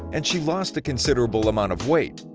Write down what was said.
and she lost a considerable amount of weight.